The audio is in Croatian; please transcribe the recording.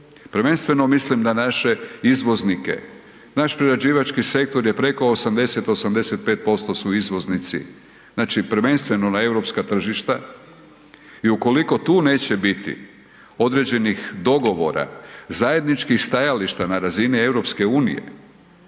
prvenstvo mislim na naše izvoznike. Naš prerađivački sektor je preko 80, 85% su izvoznici. Znači prvenstveno na europska tržišta i ukoliko tu neće biti određenih dogovora, zajedničkih stajališta na razini EU-a, bojim